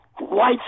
white